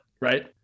right